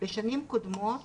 בשנים קודמות